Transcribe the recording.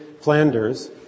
Flanders